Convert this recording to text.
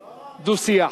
דו-שיח.